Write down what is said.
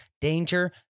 danger